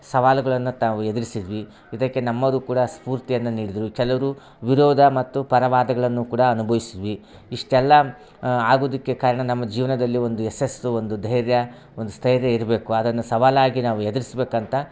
ಸವಾಲುಗಳನ್ನ ತಾವು ಎದ್ರ್ಸಿದ್ವಿ ಇದಕ್ಕೆ ನಮ್ಮದು ಕೂಡ ಸ್ಫೂರ್ತಿಯನ್ನ ನೀಡಿದ್ವಿ ಕೆಲವರು ವಿರೋಧ ಮತ್ತು ಪರವಾದಗಳನ್ನು ಕೂಡ ಅನ್ಭವಿಸಿದ್ವಿ ಇಷ್ಟೆಲ್ಲಾ ಆಗುದಕ್ಕೆ ಕಾರಣ ನಮ್ಮ ಜೀವನದಲ್ಲಿ ಒಂದು ಯಶಸ್ಸು ಒಂದು ಧೈರ್ಯ ಒಂದು ಸ್ಥೈರ್ಯ ಇರಬೇಕು ಅದನ್ನ ಸವಾಲಾಗಿ ನಾವು ಎದರ್ಸ್ಬೇಕ್ಕಂತ